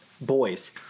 boys